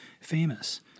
famous